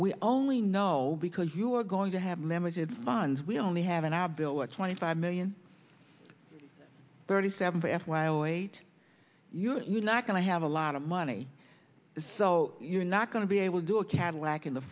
we only know because you're going to have limited funds we only have in our bill what twenty five million thirty seven for f y o eight you're not going to have a lot of money so you're not going to be able to do a cadillac in the